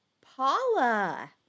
Paula